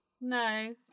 No